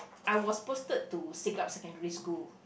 I was posted to siglap secondary school